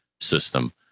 system